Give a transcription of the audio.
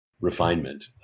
refinement